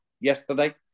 yesterday